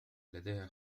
لديها